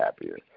happier